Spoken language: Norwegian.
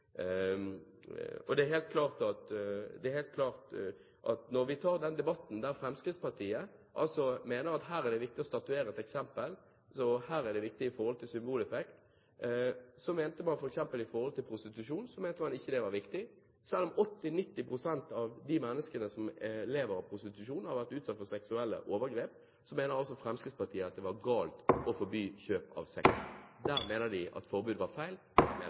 debatten mener Fremskrittspartiet at her er det viktig å statuere et eksempel, her er det viktig i forhold til symboleffekt. Men når det gjaldt prostitusjon, mente Fremskrittspartiet ikke at det var viktig å forby kjøp av sex, selv om 80–90 pst. av de menneskene som lever av prostitusjon, har vært utsatt for seksuelle overgrep. Fremskrittspartiet mener altså at det var galt å forby kjøp av sex. Der mener de at forbud var feil,